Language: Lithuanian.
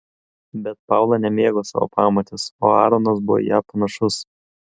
bet paula nemėgo savo pamotės o aaronas buvo į ją panašus